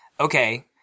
Okay